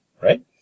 Right